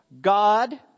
God